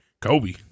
kobe